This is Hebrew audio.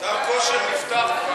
חדר הכושר נפתח,